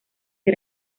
que